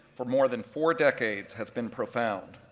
for more than four decades has been profound.